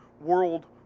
World